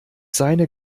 seine